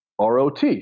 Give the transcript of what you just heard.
ROT